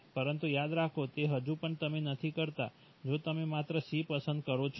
પરંતુ યાદ રાખો કે હજુ પણ તમે નથી કરતા જો તમે માત્ર એક C પસંદ કરો છો